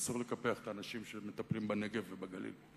אסור לקפח את האנשים שמטפלים בנגב ובגליל,